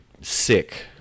sick